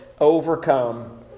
overcome